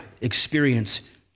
experience